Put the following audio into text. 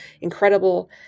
incredible